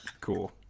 cool